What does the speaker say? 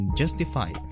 justify